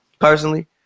personally